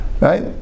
right